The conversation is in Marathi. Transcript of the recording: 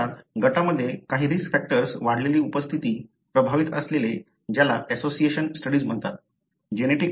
तुम्ही पाहता गटामध्ये काही रिस्क फॅक्टर्स वाढलेली उपस्थिती प्रभावित असलेले ज्याला असोसिएशन स्टडीज म्हणतात